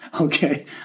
Okay